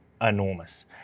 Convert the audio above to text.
enormous